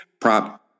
Prop